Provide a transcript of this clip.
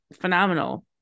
phenomenal